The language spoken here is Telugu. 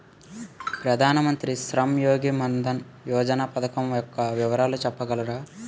ప్రధాన మంత్రి శ్రమ్ యోగి మన్ధన్ యోజన పథకం యెక్క వివరాలు చెప్పగలరా?